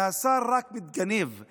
והשר רק מתגנב,